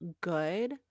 good